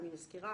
אני מזכירה